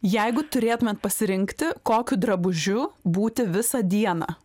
jeigu turėtumėt pasirinkti kokiu drabužiu būti visą dieną